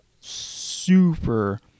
super